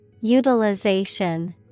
Utilization